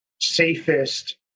safest